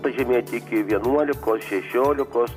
pažemėti iki vienuolikos šešiolikos